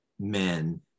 men